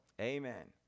Amen